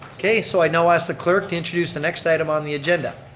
okay so i now ask the clerk to introduce the next item on the agenda.